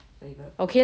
favourite food